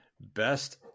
best